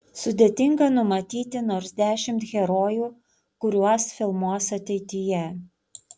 sudėtinga numatyti nors dešimt herojų kuriuos filmuos ateityje